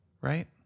Right